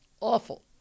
Awful